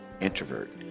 introvert